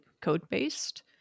code-based